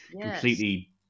completely